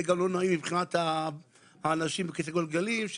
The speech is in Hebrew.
זה גם לא נעים מבחינת האנשים שבכיסאות גלגלים,